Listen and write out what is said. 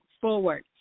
forward